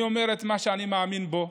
אני אומר את מה שאני מאמין בו,